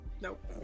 Nope